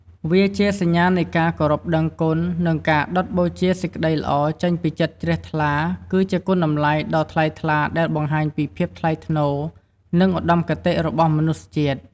វាជាសញ្ញានៃការគោរពដឹងគុណ និងការដុតបូជាសេចក្តីល្អចេញពីចិត្តជ្រះថ្លា គឺជាគុណតម្លៃដ៏ថ្លៃថ្លាដែលបង្ហាញពី ភាពថ្លៃថ្នូរ និងឧត្តមគតិ របស់មនុស្សជាតិ។